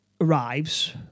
arrives